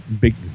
big